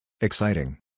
Exciting